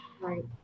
Right